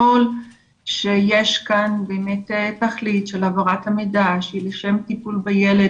ככל שיש כאן באמת תכלית של העברת המידע שהיא לשם טיפול בילד,